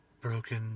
broken